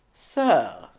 sir,